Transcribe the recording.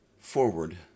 Forward